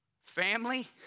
Family